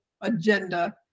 agenda